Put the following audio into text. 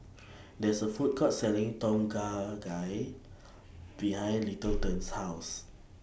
There IS A Food Court Selling Tom Kha Gai behind Littleton's House